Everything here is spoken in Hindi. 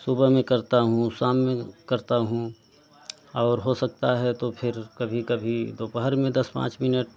सुबह में करता हूँ शाम में करता हूँ और हो सकता है तो फ़िर कभी कभी दोपहर में दस पाँच मिनट